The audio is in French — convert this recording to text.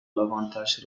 l’avantage